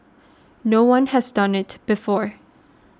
no one has done it before